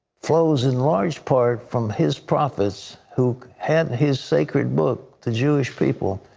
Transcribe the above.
flows in large part from his prophets who had his sacred book the jewish people.